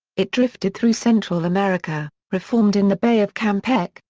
it drifted through central america, reformed in the bay of campeche,